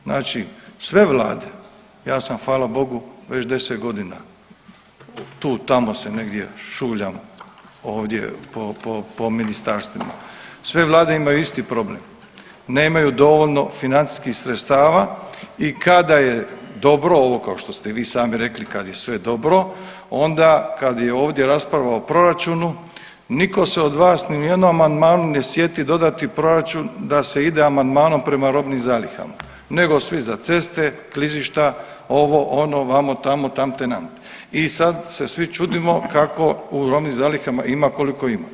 Znači sve vlada, ja sam hvala Bogu već 10 godina tu tamo se negdje šuljam ovdje po ministarstvima, sve vlade imaju isti problem, nemaju dovoljno financijskih sredstava i kada je dobro ovo kao što ste i vi sami rekli kad je sve dobro onda kada je ovdje rasprava o proračunu niko se od vas ni u jednom amandmanu ne sjeti dodati proračun da se ide amandmanom prema robnim zalihama nego svi za ceste, klizišta, ovo, ono, vamo, tamo, tamte, namte i sad se svi čudimo kako u robnim zalihama ima koliko ima.